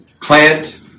plant